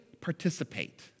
participate